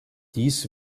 dies